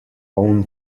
own